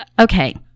okay